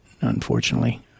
unfortunately